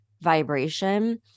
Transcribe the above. vibration